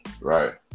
right